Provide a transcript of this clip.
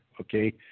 okay